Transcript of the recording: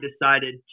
decided